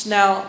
Now